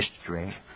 history